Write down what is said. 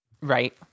Right